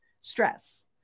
Stress